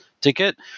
ticket